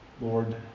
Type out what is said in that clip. Lord